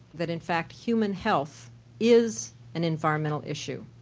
that in fact human health is an environmental issue,